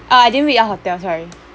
uh I didn't read out hotel sorry